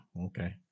Okay